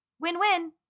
Win-win